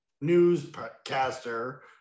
newscaster